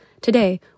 Today